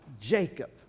Jacob